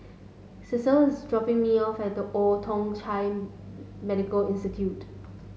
Celie is dropping me off at the Old Thong Chai Medical Institute